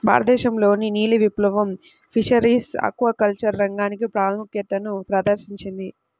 భారతదేశంలోని నీలి విప్లవం ఫిషరీస్ ఆక్వాకల్చర్ రంగానికి ప్రాముఖ్యతను ప్రదర్శించింది